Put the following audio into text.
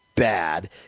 Bad